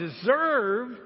deserve